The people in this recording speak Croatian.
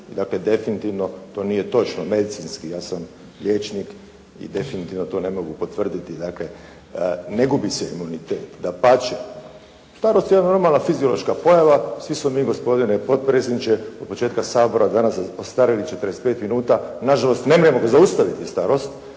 dakle definitivno to nije točno medicinski. Ja sam liječnik i definitivno to ne mogu potvrditi. Dakle ne gubi se imunitet, dapače starost je jedna normalna fiziološka pojava, svi smo mi gospodine potpredsjedniče od početka Sabora danas ostarjeli 45 minuta. Na žalost ne možemo zaustaviti starost,